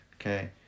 Okay